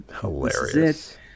hilarious